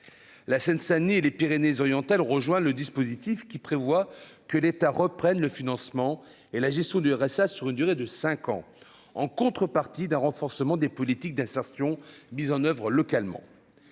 la Seine-Saint-Denis et les Pyrénées-Orientales rejoint le dispositif qui prévoit que l'État reprenne le financement et la gestion du RSA sur une durée de 5 ans en contrepartie d'un renforcement des politiques d'insertion mise en Oeuvres localement